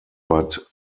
but